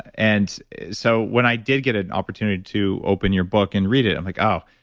and so when i did get an opportunity to open your book and read it, i'm like, oh,